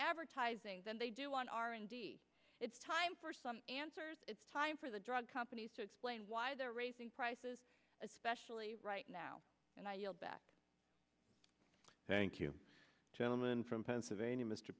advertising than they do on r and d it's time for some answers time for the drug companies to explain why they're raising prices especially right now and i yield back thank you gentleman from pennsylvania mr